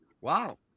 wow